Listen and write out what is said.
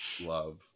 love